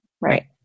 Right